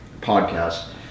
podcast